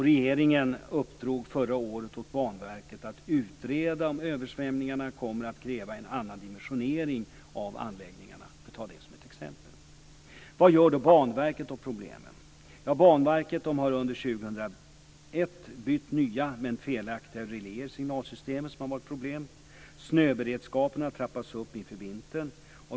Regeringen uppdrog förra året åt Banverket att utreda om översvämningarna kommer att kräva en annan dimensionering av anläggningarna. Vad gör då Banverket åt problemet? Banverket har under 2001 bytt nya, men felaktiga reläer i signalsystemet som har givit problem. Snöberedskapen har trappats upp inför vintern.